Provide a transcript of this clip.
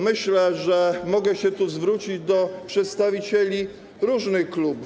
Myślę, że mogę się tu zwrócić do przedstawicieli różnych klubów.